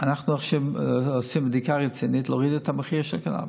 אנחנו עכשיו עושים בדיקה רצינית כדי להוריד את המחיר של הקנביס.